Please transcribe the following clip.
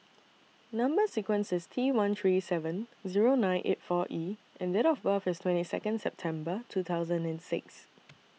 Number sequence IS T one three seven Zero nine eight four E and Date of birth IS twenty Second September two thousand and six